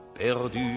perdu